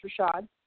Rashad